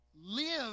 live